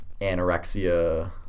anorexia